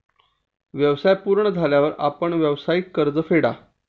व्यवसाय पूर्ण झाल्यावर आपण व्यावसायिक कर्ज फेडा